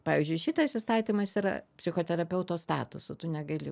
pavyzdžiui šitas įstatymas yra psichoterapeuto statusu tu negali